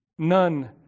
None